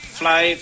fly